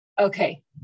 Okay